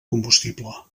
combustible